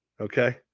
Okay